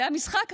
זה המשחק עכשיו,